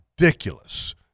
ridiculous